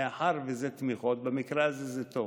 מאחר שאלו תמיכות, במקרה הזה זה טוב.